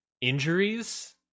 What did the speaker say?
injuries